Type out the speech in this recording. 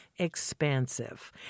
expansive